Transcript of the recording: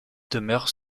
demeure